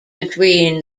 between